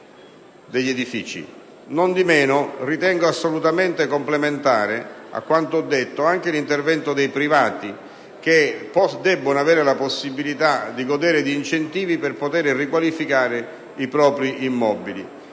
Nondimeno, ritengo assolutamente complementare a quanto ho detto anche l'intervento dei privati, che debbono avere la possibilità di godere di incentivi per poter riqualificare i propri immobili.